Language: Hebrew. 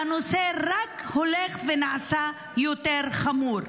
והנושא רק הולך ונעשה יותר חמור.